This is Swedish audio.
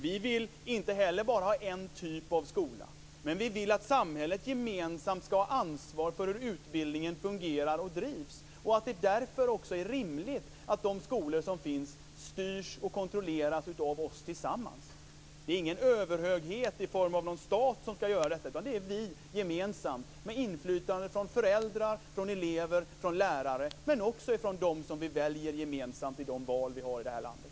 Vi vill inte heller bara ha en typ av skola, men vi vill att samhället gemensamt skall ha ansvaret för hur utbildningen fungerar och drivs och att det därför också är rimligt att de skolor som finns styrs och kontrolleras av oss tillsammans. Det är inte en överhöghet i form av någon stat som skall göra detta, utan det är vi gemensamt, med inflytande från föräldrar, elever och lärare men också från dem som vi väljer gemensamt i de val vi har i det här landet.